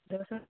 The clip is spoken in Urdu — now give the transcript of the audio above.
دو سو